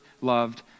loved